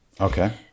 Okay